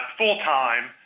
full-time